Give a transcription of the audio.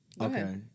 Okay